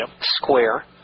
square